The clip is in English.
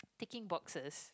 ticking boxes